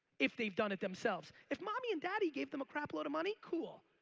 if they've done it themselves. if mommy and daddy gave them a crap load of money, cool.